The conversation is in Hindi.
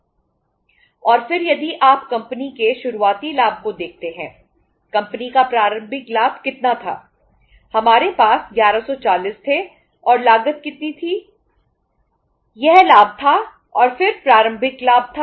और जब आप कुल असेट्स था